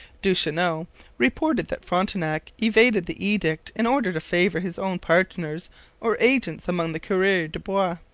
duchesneau reported that frontenac evaded the edict in order to favour his own partners or agents among the coureurs de bois,